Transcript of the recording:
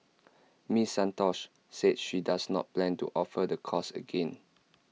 miss Santos said she does not plan to offer the course again